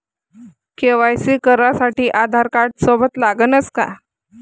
KYC करासाठी आधारकार्ड सोबत लागनच का?